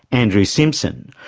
andrew simpson,